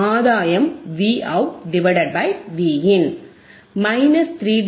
ஆதாயம் Vout Vin minus 3 D